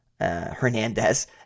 Hernandez